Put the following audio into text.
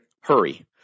hurry